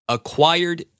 Acquired